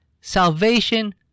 Salvation